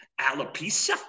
alopecia